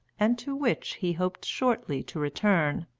and to which he hoped shortly to return.